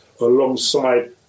alongside